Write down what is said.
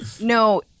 No